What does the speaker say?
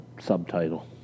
subtitle